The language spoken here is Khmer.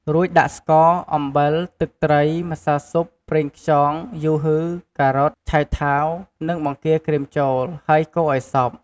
រួចដាក់ស្ករ អំបីល ទឹកត្រី ម្សៅស៊ុប ប្រេងខ្យង យូហឺ ការ៉ុត ឆៃថាវ និងបង្គាក្រៀមចូល ហើយកូរឱ្យសព្វ។